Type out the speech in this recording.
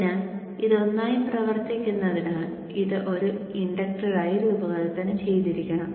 അതിനാൽ ഇത് ഒന്നായി പ്രവർത്തിക്കുന്നതിനാൽ ഇത് ഒരു ഇൻഡക്ടറായി രൂപകൽപ്പന ചെയ്തിരിക്കണം